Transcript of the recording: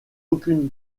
aucune